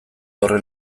horren